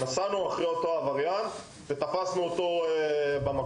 נסענו אחרי אותו עבריין ותפסנו אותו במקום.